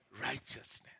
righteousness